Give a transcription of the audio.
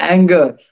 Anger